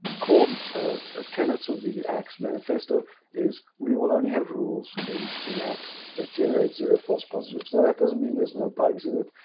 core um ah tenants of the axe manifesto is we will only have rules in in axe that generate zero false positives. now that doesn't mean there's no bugs in it.